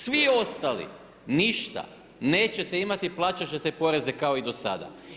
Svi ostali ništa. nećete imati, plaćati ćete poreze kao i do sada.